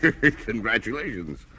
Congratulations